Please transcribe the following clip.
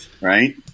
right